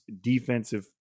defensive